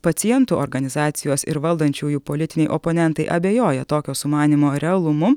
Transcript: pacientų organizacijos ir valdančiųjų politiniai oponentai abejoja tokio sumanymo realumu